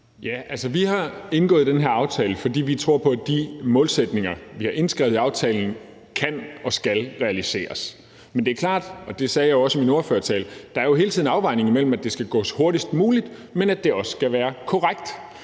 vi har indgået den her aftale, fordi vi tror på, at de målsætninger, vi har indskrevet i aftalen, kan og skal realiseres. Men det er klart, og det sagde jeg også i min ordførertale, at der jo hele tiden er afvejninger mellem, at det skal gøres hurtigst muligt, og at det også skal være korrekt.